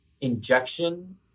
injection